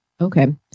Okay